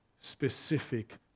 specific